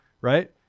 Right